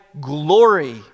glory